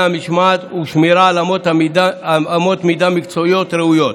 המשמעת ושמירה על אמות מידה מקצועיות ראויות.